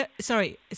Sorry